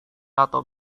atau